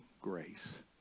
grace